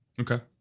Okay